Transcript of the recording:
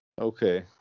Okay